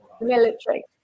military